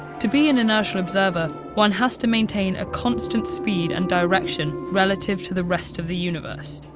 to be an inertial observer, one has to maintain a constant speed and direction relative to the rest of the universe.